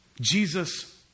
Jesus